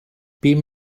bum